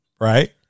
Right